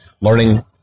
learning